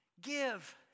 Give